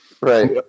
Right